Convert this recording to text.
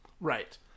right